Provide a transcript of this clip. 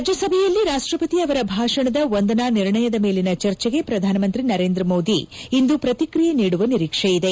ರಾಜ್ಯಸಭೆಯಲ್ಲಿ ರಾಷ್ಟ್ರಪತಿ ಅವರ ಭಾಷಣದ ವಂದನಾ ನಿರ್ಣಯದ ಮೇಲಿನ ಚರ್ಚೆಗೆ ಪ್ರಧಾನಮಂತ್ರಿ ನರೇಂದ್ರ ಮೋದಿ ಇಂದು ಪ್ರತಿಕ್ರಿಯೆ ನೀಡುವ ನಿರೀಕ್ಷೆ ಇದೆ